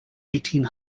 eighteen